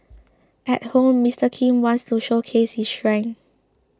at home Mister Kim wants to showcase his strength